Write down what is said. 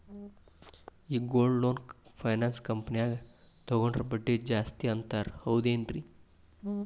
ಈ gold loan finance ಕಂಪನ್ಯಾಗ ತಗೊಂಡ್ರೆ ಬಡ್ಡಿ ಜಾಸ್ತಿ ಅಂತಾರ ಹೌದೇನ್ರಿ?